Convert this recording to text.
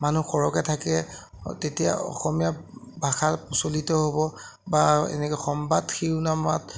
মানুহ সৰহকৈ থাকে তেতিয়া অসমীয়া ভাষা প্ৰচলিত হ'ব বা এনেকৈ সমবাদ শিৰোনামাত